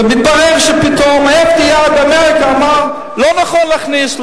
ומתברר פתאום שה-FDA באמריקה אמר שלא נכון להכניס,